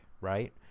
right